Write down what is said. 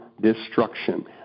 destruction